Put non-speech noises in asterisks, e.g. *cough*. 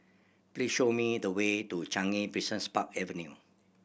please show me the way to Changi *unintelligible* Park Avenue